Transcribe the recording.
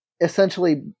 essentially